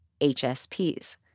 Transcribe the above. HSPs